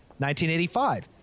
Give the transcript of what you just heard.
1985